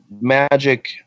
magic